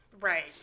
right